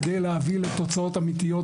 כדי להביא לתוצאות אמיתיות,